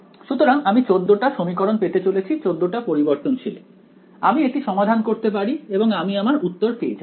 সুতরাং আমি 14 টা সমীকরণ পেতে চলেছি 14 টা পরিবর্তনশীল এ আমি এটি সমাধান করতে পারি এবং আমি আমার উত্তর পেয়ে যাবো